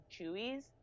Chewies